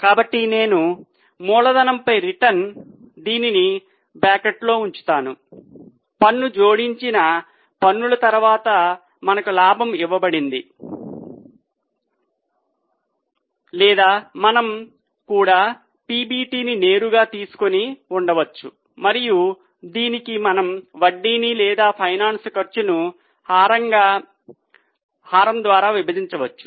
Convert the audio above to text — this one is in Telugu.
కాబట్టి నేను మూలధనంపై రిటర్న్ దీనిని బ్రాకెట్లో ఉంచుతాను పన్ను జోడించిన పన్నుల తరువాత మనకు లాభం ఇవ్వబడింది లేదా మనము కూడా పిబిటిని నేరుగా తీసుకొని ఉండవచ్చు మరియు దీనికి మనం వడ్డీని లేదా ఫైనాన్స్ ఖర్చును హారం ద్వారా విభజించవచ్చు